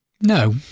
No